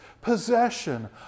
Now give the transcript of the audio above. possession